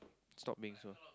stop being so